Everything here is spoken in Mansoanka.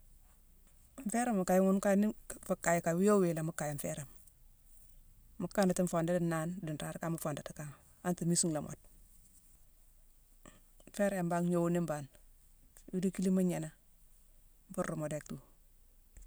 An fééra kaye, ghune kaye-ni-nfu kaye kan, wii yo wii la mu kaye an féérama. Mu kandati nfuundu di nnaane, di nraare kama mu fontatu kan antere mise nlhaa moode. Féérangh mbangh ngnowu ni mbane: wiilikilima mu gnééné, nfu ruumu déck tuu.